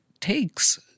takes